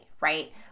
right